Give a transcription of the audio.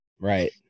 Right